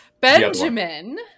Benjamin